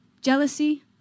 jealousy